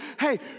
hey